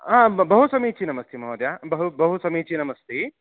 हा बहु समीचीनमस्ति महोदय बहु बहु समीचीनमस्ति